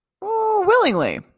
Willingly